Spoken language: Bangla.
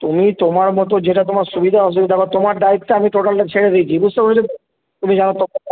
তুমি তোমার মতো যেটা তোমার সুবিধা অসুবিধা হবে তোমার দায়িত্বে আমি টোটালটা ছেড়ে দিয়েছি বুঝতে পেরেছো তুমি জানো